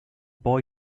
boy